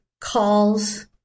calls